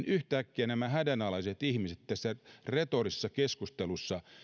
yhtäkkiä nämä hädänalaiset ihmiset tässä retorisessa keskustelussa